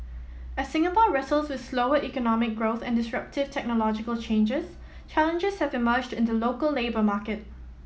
as Singapore wrestles with slower economic growth and disruptive technological changes challenges have emerged in the local labour market